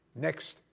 next